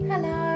Hello